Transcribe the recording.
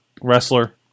wrestler